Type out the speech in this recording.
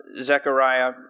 Zechariah